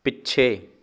ਪਿੱਛੇ